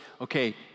okay